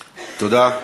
תודה,